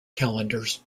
calendars